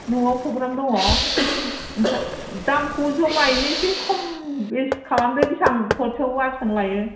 न'आव प्रग्राम दङ ओमफ्राय दामखौ जमायैनो एसे खम बेस खालामदो बेसां थर सेयाव बेसां लायो